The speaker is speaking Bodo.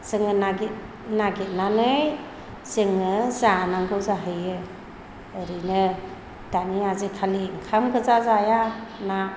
जोङो नागिथ नागिथनानै जोङो जानांगौ जाहैयो ओरैनो दानि आजिखालि ओंखाम गोजा जाया नाफोर